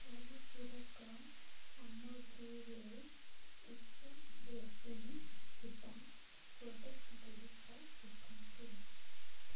ପରିପୂରକ ସାମଗ୍ରୀରେ ଉଚ୍ଚ ରେଟିଂ ଥିବା ପ୍ରଡ଼କ୍ଟ ଗୁଡ଼ିକ ଦେଖନ୍ତୁ